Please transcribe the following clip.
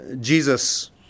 Jesus